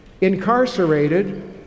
incarcerated